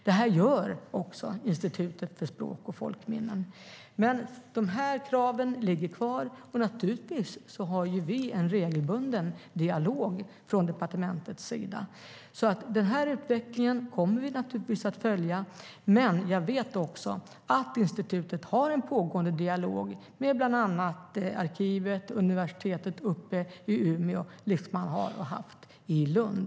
Det här gör också Institutet för språk och folkminnen, och kraven ligger kvar. Naturligtvis för vi en regelbunden dialog från departementet. Den här utvecklingen kommer vi naturligtvis att följa, men jag vet att institutet har en pågående dialog med bland annat arkivet och universitetet i Umeå, liksom man har haft med Lund.